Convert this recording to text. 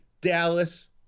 dallas